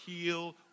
heal